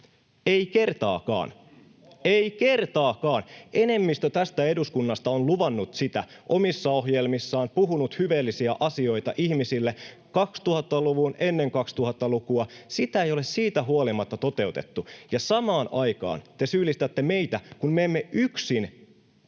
Ei kertaakaan — ei kertaakaan. Enemmistö tästä eduskunnasta on luvannut sitä omissa ohjelmissaan, puhunut hyveellisiä asioita ihmisille koko 2000-luvun, ennen 2000-lukua. [Anne Kalmarin välihuuto] Sitä ei ole siitä huolimatta toteutettu, ja samaan aikaan te syyllistätte meitä, kun me emme yksin,